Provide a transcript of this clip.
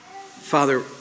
Father